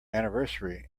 anniversary